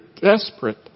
desperate